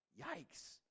Yikes